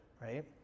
right